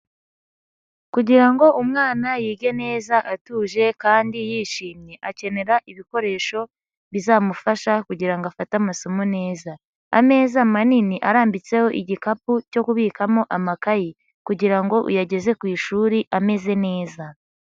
Kugira ngo umwana yige neza atuje kandi yishimye, akenera ibikoresho bizamufasha kugirango afate amasomo neza. Ameza manini arambitseho igikapu cyo kubikamo amakayi kugira ngo uyageze ku ishuri ameze neza.